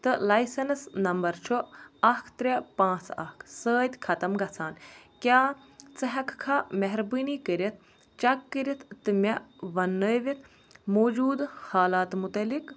تہٕ licence number چھُ اکھ ترٛےٚ پانٛژھ اکھ سۭتۍ ختم گَژھان کیٛاہ ژٕ ہیٚکہِ کھا مہربٲنی کٔرِتھ چیٚک کٔرِتھ تہٕ مےٚ وننٲوِتھ موٗجوٗدٕ حالات متعلق